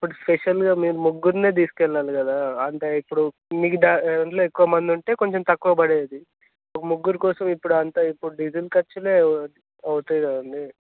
ఇప్పుడు స్పెషల్గా మీరు ముగ్గురినే తీసుకెళ్ళాలి కదా అంటే ఇప్పుడు మీకు దాంట్లో ఎక్కువ మంది ఉంటే కొంచెం తక్కువ పడేది ఒక ముగ్గురు కోసం ఇప్పుడు అంతా ఇప్పుడు డీజిల్ ఖర్చులే అవు అవుతాయి కదండి